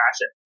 passion